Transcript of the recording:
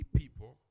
people